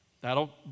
that'll